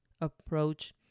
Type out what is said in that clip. approach